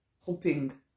hoping